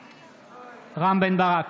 בעד רם בן ברק,